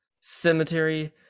Cemetery